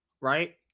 right